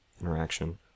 interaction